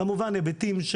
כמובן היבטים,